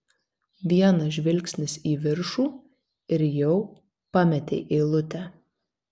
vienas žvilgsnis į viršų ir jau pametei eilutę